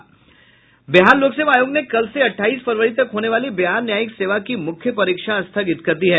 बिहार लोक सेवा आयोग ने कल से अठाईस फरवरी तक होने वाली बिहार न्यायिक सेवा की मुख्य परीक्षा को स्थगित कर दिया है